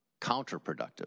counterproductive